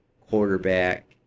quarterback